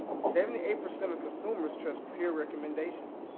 seventy-eight percent of consumers trust peer recommendations.